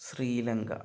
Sri Lanka